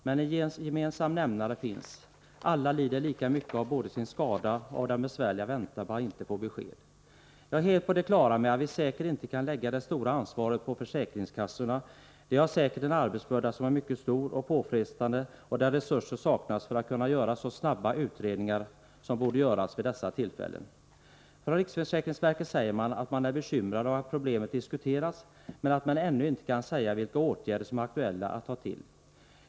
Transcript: Men en gemensam nämnare finns: alla lider lika mycket av både sin skada och den besvärliga väntan på ett besked. Jag är helt på det klara med att vi inte kan lägga det stora ansvaret på försäkringskassorna. De har säkert en arbetsbörda som är mycket tung och påfrestande, och de saknar resurser för att kunna göra så snabba utredningar Nr 155 som borde göras vid dessa tillfällen. Fredagen den Företrädare för riksförsäkringsverket förklarar att man är bekymrad och = 25 maj 1984 att problemet diskuteras, men att man ännu inte kan säga vilka åtgärder som är aktuella att ta till.